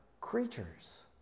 creatures